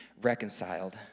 reconciled